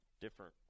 different